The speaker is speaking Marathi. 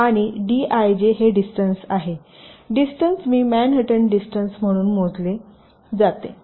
आणि dij हे डिस्टन्स आहे डिस्टन्स मी मॅनहॅटन डिस्टन्स म्हणून मोजले जाते